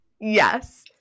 Yes